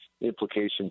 implications